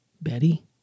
Betty